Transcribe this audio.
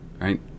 right